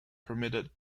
permitted